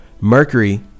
Mercury